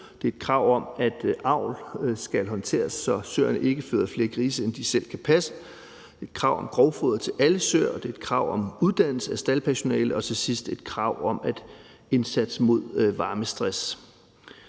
søer, et krav om, at avl skal håndteres, så søerne ikke føder flere grise, end de selv kan passe, et krav om grovfoder til alle søer, et krav om uddannelse af staldpersonale og til sidst et krav om en indsats mod varmestress.